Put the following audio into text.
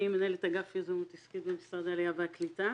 אני מנהלת אגף יזמות עסקית במשרד העלייה והקליטה.